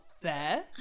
fair